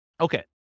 Okay